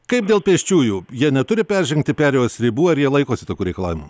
kaip dėl pėsčiųjų jie neturi peržengti perėjos ribų ar jie laikosi tokių reikalavimų